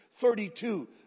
32